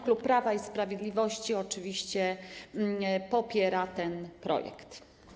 Klub Prawo i Sprawiedliwość oczywiście popiera ten projekt.